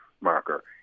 marker